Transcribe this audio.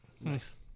Nice